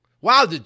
Wow